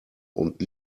und